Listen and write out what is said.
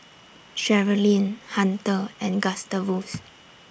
Sherilyn Hunter and Gustavus